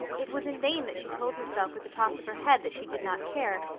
it was in vain that she told herself with a toss of her head that she did not care.